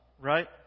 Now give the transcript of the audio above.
right